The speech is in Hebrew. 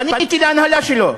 פניתי להנהלה שלו.